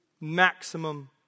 Maximum